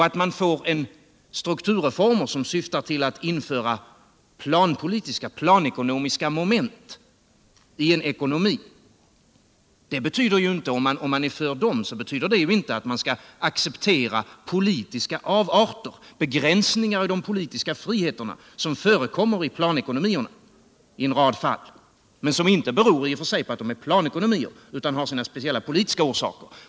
Att förorda strukturreformer som syftar till att införa planekonomiska moment ien ekonomi betyder ju inte att man accepterar politiska avarter eller begränsningar i de politiska friheterna. Dessa förekommer i en rad fall i planekonomierna, men de beror i och för sig inte på att de finns i planekonomier utan de har sina speciella politiska orsaker.